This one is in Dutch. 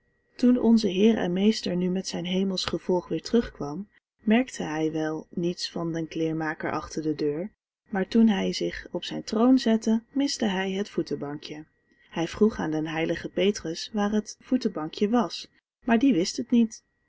toen onze heer en meester nu met zijn hemelsch gevolg weer terugkwam merkte hij wel niets van den kleermaker achter de deur maar toen hij zich op zijn troon zette miste hij het voetebankje hij vroeg aan den heiligen petrus waar toch het voetebankje was maar die wist het niet